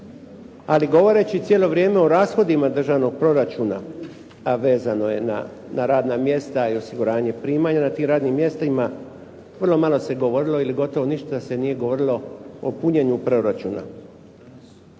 Ali govoreći cijelo vrijeme o rashodima državnog proračuna, a vezano je na radna mjesta i osiguranje primanja na tim radnim mjestima, vrlo malo se govorilo ili gotovo ništa se nije govorilo o punjenju proračuna.